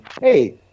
hey